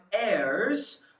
heirs